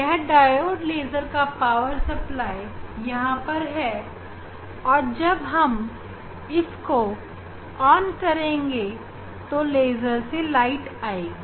यह diode laser का ऊर्जा स्रोत यहां पर है और जब हम इसको ऑन करेंगे तो लेज़र से प्रकाश आएगी